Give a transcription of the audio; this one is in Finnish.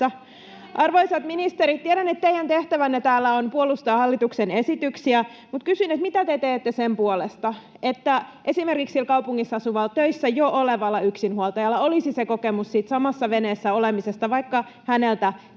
Arvoisat ministerit, tiedän, että teidän tehtävänne täällä on puolustaa hallituksen esityksiä. Mutta kysyn: Mitä te teette sen puolesta, että esimerkiksi kaupungissa asuvalla, töissä jo olevalla yksinhuoltajalla olisi kokemus siitä samassa veneessä olemisesta, vaikka häneltä